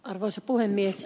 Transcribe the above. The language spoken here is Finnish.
arvoisa puhemies